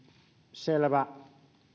selvä